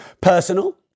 personal